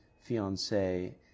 fiance